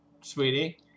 sweetie